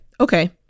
Okay